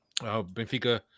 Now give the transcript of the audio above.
Benfica